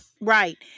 right